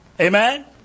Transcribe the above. Amen